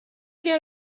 get